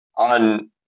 On